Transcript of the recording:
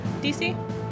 DC